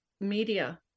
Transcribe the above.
media